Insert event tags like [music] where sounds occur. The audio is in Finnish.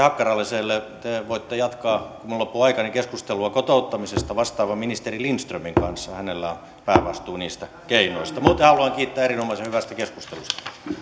[unintelligible] hakkaraiselle te voitte jatkaa minulla loppuu aika keskustelua kotouttamisesta vastaavan ministeri lindströmin kanssa hänellä on päävastuu niistä keinoista muuten haluan kiittää erinomaisen hyvästä keskustelusta